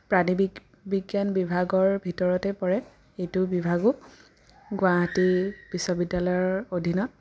প্ৰাণী বি বিজ্ঞান বিভাগৰ ভিতৰতে পৰে এইটো বিভাগো গুৱাহাটী বিশ্ববিদ্যালয়ৰ অধীনত